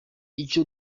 icyo